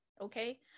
Okay